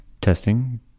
Testing